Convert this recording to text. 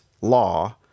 law